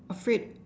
afraid